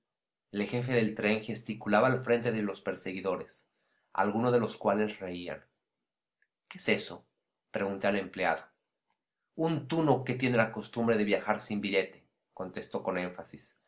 el jefe del tren gesticulaba al frente de los perseguidores algunos de los cuales reían qué es eso pregunté al empleado un tuno que tiene la costumbre de viajar sin billete contestó con énfasis